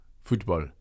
Football